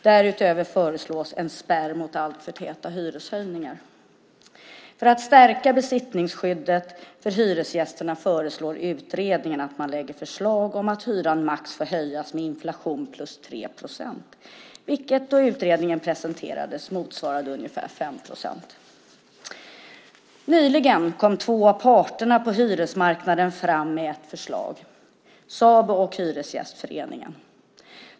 Därutöver föreslås en spärr mot alltför täta hyreshöjningar. För att stärka besittningsskyddet för hyresgästerna föreslår utredningen att man lägger fram förslag om att hyran maximalt får höjas med inflation plus 3 procent, vilket då utredningen presenterades motsvarade ungefär 5 procent. Nyligen kom två av parterna på hyresmarknaden fram med ett förslag, Sabo och Hyresgästföreningen.